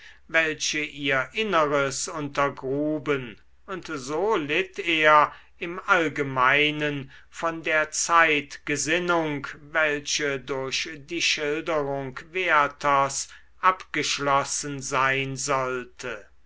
welche ihr inneres untergruben und so litt er im allgemeinen von der zeitgesinnung welche durch die schilderung werthers abgeschlossen sein sollte